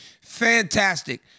fantastic